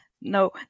No